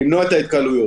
למנוע את ההתקהלויות.